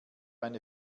eine